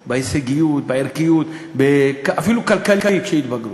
בהישגיות, בערכיות, אפילו כלכלית, כשיתבגרו.